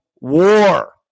war